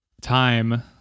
time